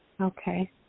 Okay